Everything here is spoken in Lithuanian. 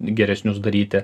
geresnius daryti